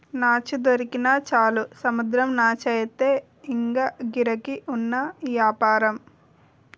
నాచు దొరికినా చాలు సముద్రం నాచయితే ఇంగా గిరాకీ ఉన్న యాపారంరా